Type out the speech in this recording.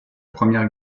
première